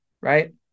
right